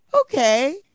okay